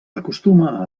acostuma